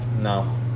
No